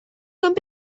come